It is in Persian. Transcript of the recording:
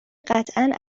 قطعا